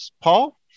Paul